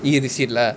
E receipt lah